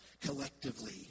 collectively